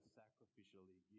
sacrificially